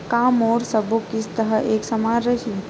का मोर सबो किस्त ह एक समान रहि?